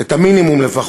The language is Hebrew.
אתה מכיר את מילטון פרידמן?